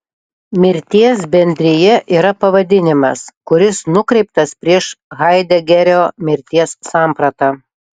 mirties bendrija yra pavadinimas kuris nukreiptas prieš haidegerio mirties sampratą